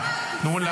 --- שרון,